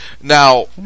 Now